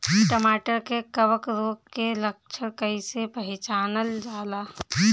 टमाटर मे कवक रोग के लक्षण कइसे पहचानल जाला?